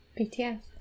BTS